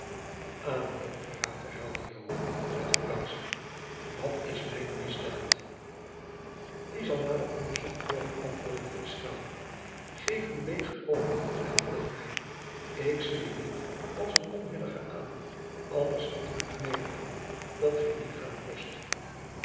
aan hoog verraad herhaalde joan met verbazing wat is mijne misdaad die zal nader onderzocht worden antwoordde de fiscaal geef uw degen over en volg mij ik zie u niet als een onwillige aan anders liet ik u knevelen dat gij niet gaan kost